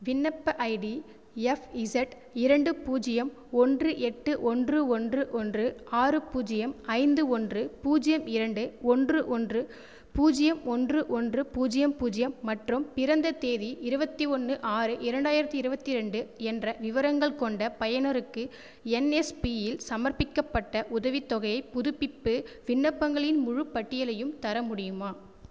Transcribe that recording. விண்ணப்ப ID FZ இரண்டு பூஜ்ஜியம் ஒன்று எட்டு ஒன்று ஒன்று ஒன்று ஆறு பூஜ்ஜியம் ஐந்து ஒன்று பூஜ்ஜியம் இரண்டு ஒன்று ஒன்று பூஜ்ஜியம் ஒன்று ஒன்று பூஜ்ஜியம் பூஜ்ஜியம் மற்றும் பிறந்த தேதி இருபத்தி ஒன்று ஆறு இரண்டாயிரத்தி இருபத்தி ரெண்டு என்ற விவரங்கள் கொண்ட பயனருக்கு என்எஸ்பியில் சமர்ப்பிக்கப்பட்ட உதவித்தொகையை புதுப்பிப்பு விண்ணப்பங்களின் முழுப்பட்டியலையும் தர முடியுமா